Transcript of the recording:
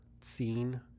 scene